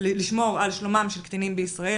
על שלומם של קטינים בישראל.